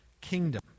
kingdom